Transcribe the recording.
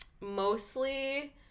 mostly